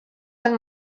han